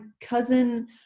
cousin